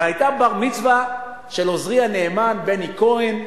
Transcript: והיה בר-מצווה אצל עוזרי הנאמן, בני כהן,